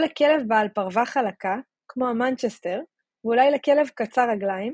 או לכלב בעל פרווה חלקה כמו המנצ'סטר ואולי לכלב קצר רגליים,